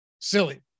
silly